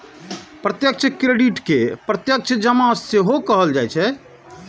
प्रत्यक्ष क्रेडिट कें प्रत्यक्ष जमा सेहो कहल जाइ छै